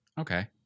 Okay